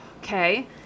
okay